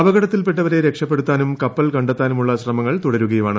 അപകടത്തിൽപ്പെട്ടവരെ രക്ഷപ്പെടുത്താനും പ്രകിപ്പൽ കണ്ടെത്താനുമുള്ള ശ്രമങ്ങൾ തുടരുകയാണ്